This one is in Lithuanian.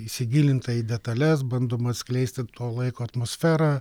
įsigilinta į detales bandoma atskleisti to laiko atmosferą